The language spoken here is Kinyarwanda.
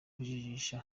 kujijisha